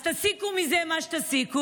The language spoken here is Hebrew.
אז תסיקו מזה מה שתסיקו.